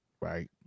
right